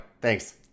Thanks